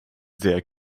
sehr